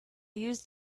use